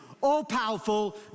all-powerful